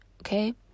okay